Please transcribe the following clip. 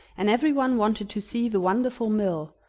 and everyone wanted to see the wonderful mill,